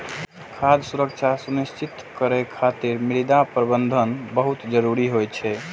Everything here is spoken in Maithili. खाद्य सुरक्षा सुनिश्चित करै खातिर मृदा प्रबंधन बहुत जरूरी होइ छै